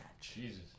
Jesus